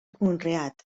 conreat